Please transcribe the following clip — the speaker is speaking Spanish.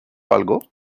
algo